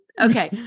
Okay